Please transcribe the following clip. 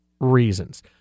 reasons